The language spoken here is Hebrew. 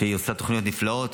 שעושה תוכניות נפלאות.